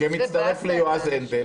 כמצטרף ליועז הנדל,